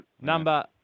number